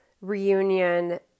reunion